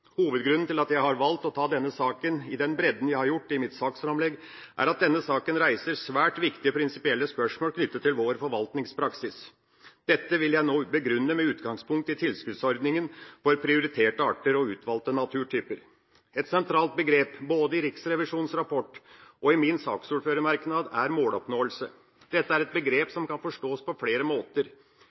Hovedgrunnen til at jeg har valgt å ta opp denne saken i den bredden jeg har gjort i mitt saksframlegg, er at denne saken reiser svært viktige prinsipielle spørsmål knyttet til vår forvaltningspraksis. Dette vil jeg nå begrunne med utgangspunkt i tilskuddsordningen for prioriterte arter og utvalgte naturtyper. Et sentralt begrep, både i Riksrevisjonens rapport og i mitt saksordførerframlegg, er «måloppnåelse». Dette er et begrep som kan forstås på flere måter.